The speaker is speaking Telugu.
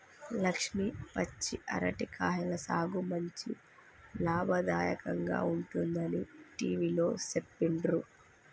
లక్ష్మి పచ్చి అరటి కాయల సాగు మంచి లాభదాయకంగా ఉంటుందని టివిలో సెప్పిండ్రు